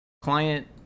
client